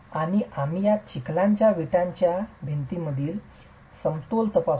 आणि आम्ही या चिखलाच्या विटांच्या भिंतीमधील समतोल तपासू